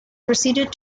proceeded